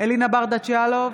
אלינה ברדץ' יאלוב,